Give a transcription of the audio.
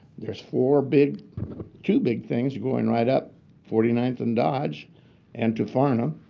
there's four big two big things going right up forty ninth and dodge and to farnham.